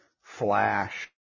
flash